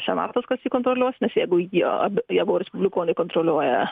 senatas kas jį kontroliuos nes jeigu jie jeigu respublikonai kontroliuoja